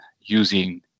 using